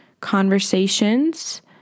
conversations